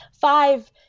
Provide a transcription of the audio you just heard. Five